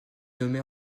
nommée